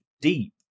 deep